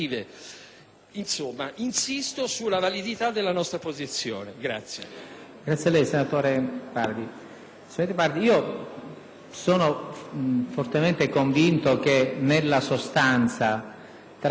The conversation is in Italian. Insomma, insisto sulla validità della nostra posizione.